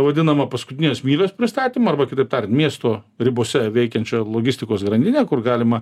vadinamą paskutinės mylios pristatymą arba kitaip tariant miesto ribose veikiančią logistikos grandinę kur galima